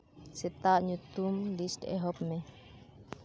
ᱥᱮᱛᱟ ᱟᱜ ᱧᱩᱛᱩᱢ ᱞᱤᱥᱴ ᱮᱦᱚᱵᱽ ᱢᱮ